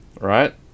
right